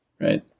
right